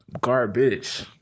garbage